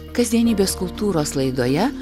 kasdienybės kultūros laidoje